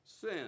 Sin